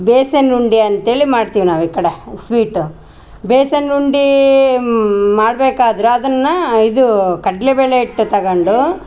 ಬೇಸನ್ ಉಂಡೆ ಅಂತ್ಹೇಳಿ ಮಾಡ್ತೀವಿ ನಾವು ಈ ಕಡೆ ಸ್ವೀಟು ಬೇಸನ್ ಉಂಡೆ ಮಾಡ್ಬೇಕಾದರೆ ಅದನ್ನ ಇದು ಕಡ್ಲೆ ಬೆಳೆ ಇಟ್ಟು ತಗಂಡು